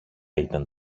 ήταν